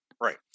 Right